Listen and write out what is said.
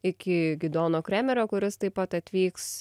iki gidono kremerio kuris taip pat atvyks